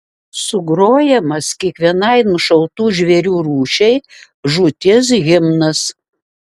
sugrojamas kiekvienai nušautų žvėrių rūšiai žūties himnas